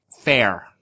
fair